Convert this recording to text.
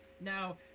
now